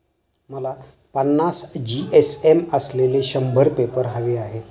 मला पन्नास जी.एस.एम असलेले शंभर पेपर हवे आहेत